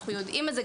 אנחנו יודעים את זה.